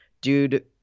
dude